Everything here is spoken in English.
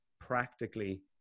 practically